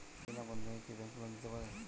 বিনা বন্ধকে কি bank loan দিতে পারে?